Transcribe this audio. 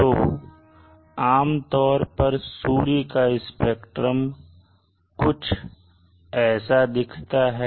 तो आमतौर पर सूर्य का स्पेक्ट्रम कुछ ऐसा दिखता है